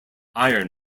iron